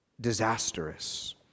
disastrous